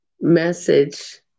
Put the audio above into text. message